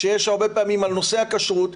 שיש הרבה פעמים על נושא הכשרות,